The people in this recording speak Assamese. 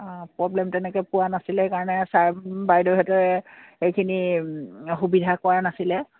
অঁ প্ৰব্লেম তেনেকৈ পোৱা নাছিলে কাৰণে ছাৰ বাইদেউহঁতে এইখিনি সুবিধা কৰা নাছিলে